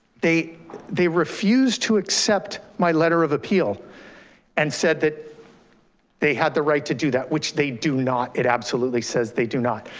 they they refused to accept my letter of appeal and said that they had the right to do that, which they do not. it absolutely says they do not.